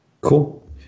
Cool